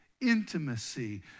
Intimacy